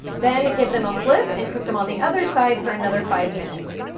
then give them a flip and cook them on the other side for another five minutes.